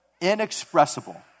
inexpressible